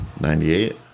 98